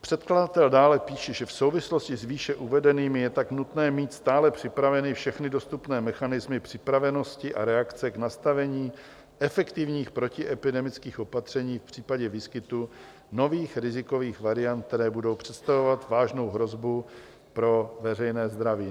Předkladatel dále píše, že v souvislosti s výše uvedeným je tak nutné mít stále připraveny všechny dostupné mechanismy připravenosti a reakce k nastavení efektivních protiepidemických opatření v případě výskytu nových rizikových variant, které budou představovat vážnou hrozbu pro veřejné zdraví.